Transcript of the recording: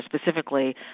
specifically